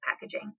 packaging